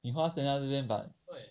你花 standard 这边 but